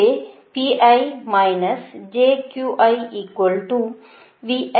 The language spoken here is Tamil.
எனவே